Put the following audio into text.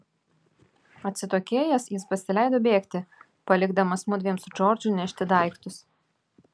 atsitokėjęs jis pasileido bėgti palikdamas mudviem su džordžu nešti daiktus